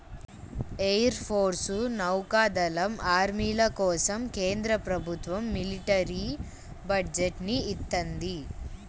air force, నౌకా దళం, ఆర్మీల కోసం కేంద్ర ప్రభుత్వం మిలిటరీ బడ్జెట్ ని ఇత్తంది